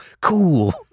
Cool